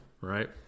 right